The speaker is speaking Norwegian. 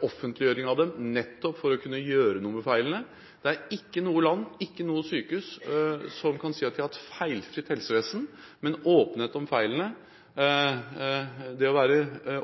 offentliggjøring av dem – nettopp for å kunne gjøre noe med feilene. Det er ikke noe land, og ikke noe sykehus, som kan si at de har et feilfritt helsevesen. Åpenhet om feilene, det å være